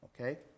Okay